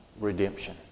redemption